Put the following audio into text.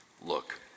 look